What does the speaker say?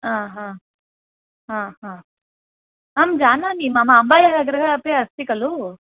आ हा हा हा अहं जानामि मम अम्बायाः गृहे अपि अस्ति खलु